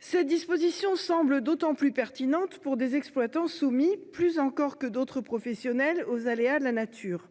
Cette disposition semble d'autant plus pertinente que les exploitants sont soumis, plus encore que d'autres professionnels, aux aléas de la nature.